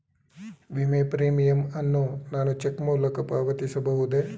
ವಿಮೆ ಪ್ರೀಮಿಯಂ ಅನ್ನು ನಾನು ಚೆಕ್ ಮೂಲಕ ಪಾವತಿಸಬಹುದೇ?